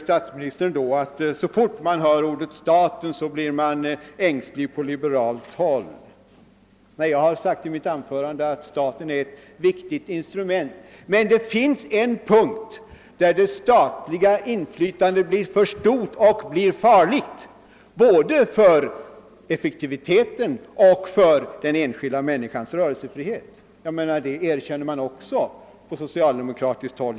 Statsministern säger att så fort man på liberalt håll hör ordet »staten« blir man ängslig. Jag har i mitt anförande betonat att staten är ett viktigt instrument men att det finns en punkt där det statliga inflytandet blir för stort och utgör en fara både för effektiviteten och för den enskilda människans rörelsefrihet. Det erkänns också på socialdemokratiskt håll.